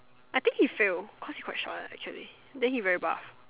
I think he fail cause he quite short lah actually then he very buff